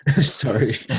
sorry